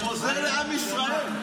הוא עוזר לעם ישראל.